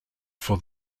for